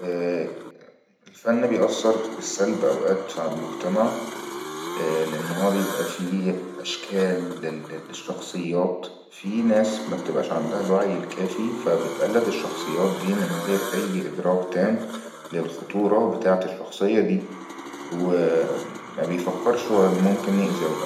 اءءءالفن بيأثر بالسلب اوئات على المجتمع لأن هو بيبئى فيه أشكال لل-للشخصيات فيه ناس ما بتبئاش عندها لوعي الكافي فبتقلد الشخصيات دي من غير أي إدراك تم للخطورة بتاعت الشخصية دي وما بيفكرش هو ممكن يأزي ولا لأ